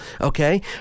Okay